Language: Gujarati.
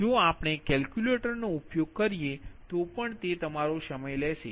જો આપણે કેલ્ક્યુલેટરનો ઉપયોગ કરીએ તો પણ તે તમારો સમય લેશે